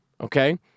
Okay